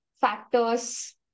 factors